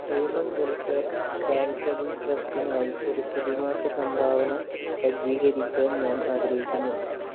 human welfare charitable ട്രസ്റ്റിനായി ഒരു പ്രതിമാസ സംഭാവന സജ്ജീകരിക്കാൻ ഞാൻ ആഗ്രഹിക്കുന്നു